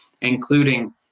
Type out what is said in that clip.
including